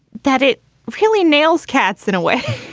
that it really nails cats in a way